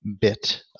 bit